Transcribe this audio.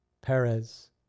Perez